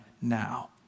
now